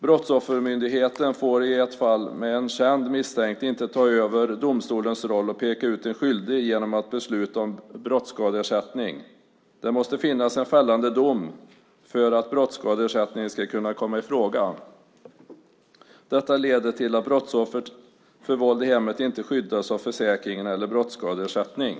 Brottsoffermyndigheten får i ett fall med en känd misstänkt inte ta över domstolens roll och peka ut en skyldig genom att besluta om brottsskadeersättning. Det måste finnas en fällande dom för att brottsskadeersättning ska kunna komma i fråga. Detta leder till att de brottsoffer som utsätts för våld i hemmet inte skyddas av försäkringen eller får brottsskadeersättning.